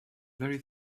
very